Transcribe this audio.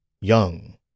young